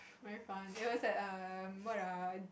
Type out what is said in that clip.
very fun it was at err what ah